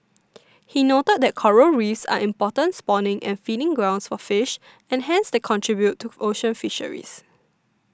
he noted that coral Reefs are important spawning and feeding grounds for fish and hence they contribute to ocean fisheries